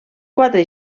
quatre